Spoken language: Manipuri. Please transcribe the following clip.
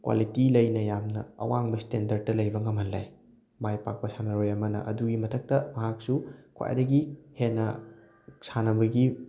ꯀ꯭ꯋꯥꯂꯤꯇꯤ ꯂꯩꯅ ꯌꯥꯝꯅ ꯑꯋꯥꯡꯕ ꯁ꯭ꯇꯦꯟꯗꯔꯠꯇ ꯂꯩꯕ ꯉꯝꯍꯜꯂꯦ ꯃꯥꯏ ꯄꯥꯛꯄ ꯁꯥꯟꯅꯔꯣꯏ ꯑꯃꯅ ꯑꯗꯨꯒꯤ ꯃꯊꯛꯇ ꯃꯍꯥꯛꯁꯨ ꯈ꯭ꯋꯥꯏꯗꯒꯤ ꯍꯦꯟꯅ ꯁꯥꯟꯅꯕꯒꯤ